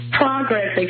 progress